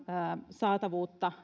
saatavuuteen